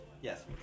Yes